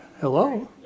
Hello